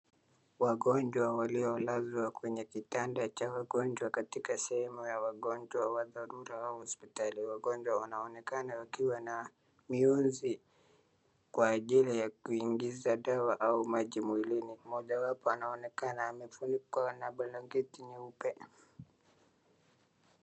Wagonjwa waliolazwa katika kitanda cha wagnjwa katika sehemu ya wagonjwa wa dharura au hospitali. Wagonjwa wanonekana wakiwa na miunzi kwa ajili ya kuingiza dawa au maji mwilini. Mmojao anaonekana amefunikwa na blanketi nyeupe.